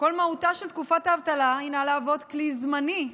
שכל מהותה של תקופת האבטלה היא להוות כלי זמני,